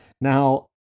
Now